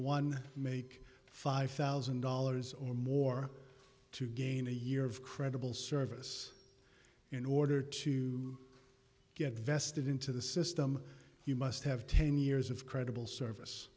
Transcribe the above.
one make five thousand dollars or more to gain a year of credible service in order to get vested into the system you must have ten years of credible service